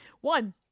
One